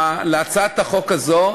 להצעת החוק הזו.